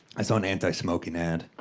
i saw an anti-smoking ad.